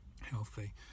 healthy